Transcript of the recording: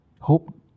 hope